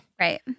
Right